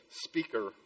speaker